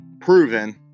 proven